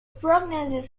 prognosis